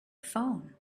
phone